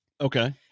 Okay